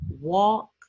Walk